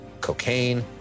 cocaine